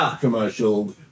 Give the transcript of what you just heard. commercial